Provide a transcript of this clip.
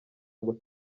ngo